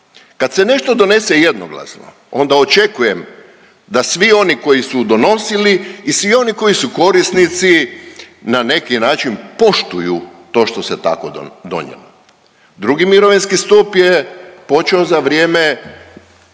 Kad se nešto donese jednoglasno onda očekujem da svi oni koji su donosili i svi oni koji su korisnici na neki način poštuju to što se tako donijelo. Drugi mirovinski stup je počeo za vrijeme